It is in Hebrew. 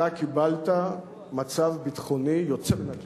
אתה קיבלת מצב ביטחוני יוצא מן הכלל.